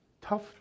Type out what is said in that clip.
tough